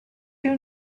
you